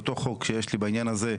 אותו חוק שיש לי בעניין הזה,